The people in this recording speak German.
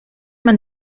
man